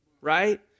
right